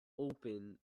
open